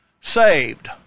saved